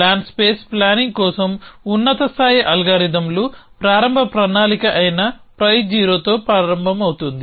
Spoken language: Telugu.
ప్లాన్ స్పేస్ ప్లానింగ్ కోసం ఉన్నత స్థాయి అల్గారిథమ్లు ప్రారంభ ప్రణాళిక అయిన π0 తో ప్రారంభమవుతుంది